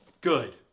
good